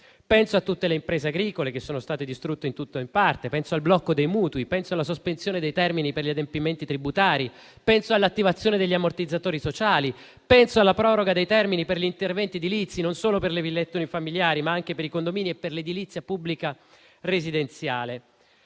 Penso a tutte le imprese agricole che sono state distrutte, in tutto o in parte. Penso al blocco dei mutui, penso alla sospensione dei termini per gli adempimenti tributari, penso all'attivazione degli ammortizzatori sociali, penso alla proroga dei termini per gli interventi edilizi, non solo per le villette unifamiliari, ma anche per i condomini e per l'edilizia pubblica residenziale.